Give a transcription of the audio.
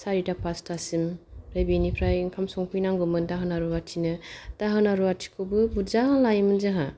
सारिता पासतासिम ओमफ्राय बेनिफ्राय ओंखाम संफैनांगौमोन दाहोना रुवाथिनो दाहोना रुवाथिखौबो बुरजा लायोमोन जोंहा